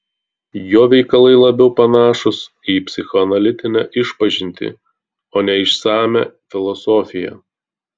jo veikalai labiau panašūs į psichoanalitinę išpažintį o ne į išsamią filosofiją